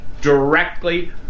directly